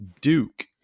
Duke